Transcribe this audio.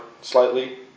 slightly